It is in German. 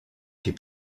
die